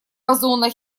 бозона